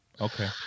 Okay